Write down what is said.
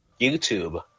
YouTube